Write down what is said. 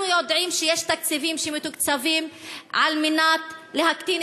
אנחנו יודעים שיש תקציבים שמוקצים על מנת להקטין